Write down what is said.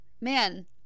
Man